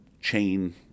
chain